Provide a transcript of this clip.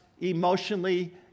emotionally